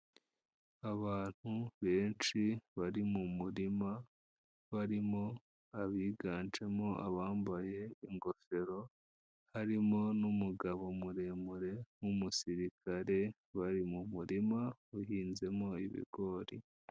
Abantu benshi bari mu murima barimo abiganjemo abambaye ingofero, harimo n'umugabo muremure w'umusirikare bari mu murima uhinzemo ibigori.